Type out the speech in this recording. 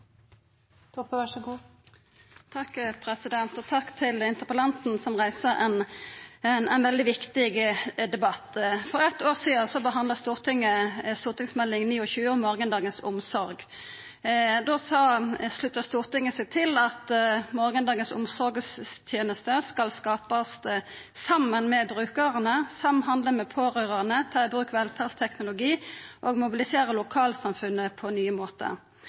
til interpellanten som reiser ein veldig viktig debatt. For eitt år sidan behandla Stortinget Meld. St. 29 for 2012–2013, Morgendagens omsorg. Då slutta Stortinget seg til at morgondagens omsorgstenester skal skapast saman med brukarane, samhandla med pårørande, ta i bruk velferdsteknologi og mobilisera lokalsamfunnet på nye